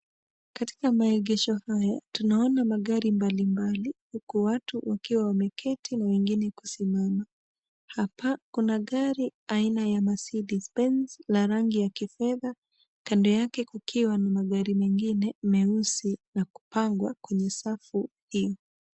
Katika maegesho hayo, tunaona magari mbalimbali huku watu wakiwa wameketi na wengine kusimama. Hapa kuna gari aina ya Mercedes Benz na rangi ya kifedha kando yake kukiwa na magari mengine meusi na kupangwa kwenye safu hiyo.